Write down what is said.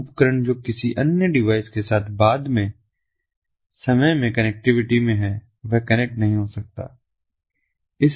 एक उपकरण जो किसी अन्य डिवाइस के साथ बाद के समय में कनेक्टिविटी में है वह कनेक्ट नहीं हो सकता है